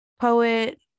poet